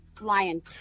Lion